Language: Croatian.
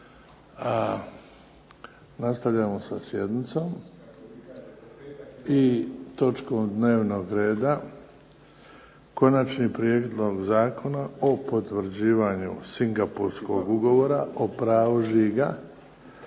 Nastavljamo sa sjednicom i točkom dnevnog reda - Konačni prijedlog zakona o potvrđivanju Singapurskog ugovora o pravu žiga,